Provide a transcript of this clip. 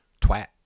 twat